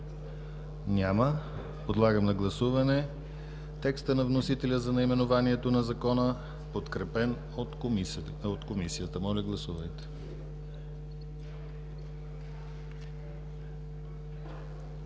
Няма. Подлагам на гласуване текста на вносителя за наименованието на Закона, подкрепен от Комисията. Гласували